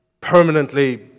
permanently